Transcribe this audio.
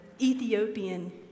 Ethiopian